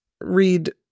read